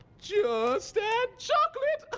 just add chocolate.